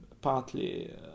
partly